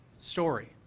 story